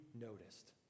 noticed